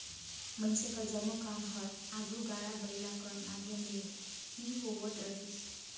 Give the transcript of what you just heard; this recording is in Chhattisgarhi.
मइनसे कर जम्मो काम हर आघु गाड़ा बइला कर माध्यम ले ही होवत रहिस